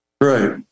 Right